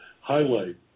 highlight